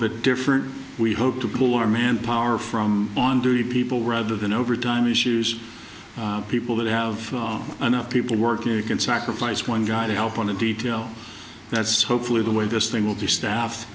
bit different we hope to pull our manpower from on duty people rather than over time issues people that have enough people working you can sacrifice one guy to help on a detail that's hopefully the way this thing will be staff